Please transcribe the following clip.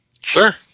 Sure